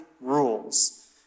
rules